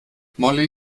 molly